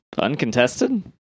Uncontested